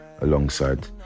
alongside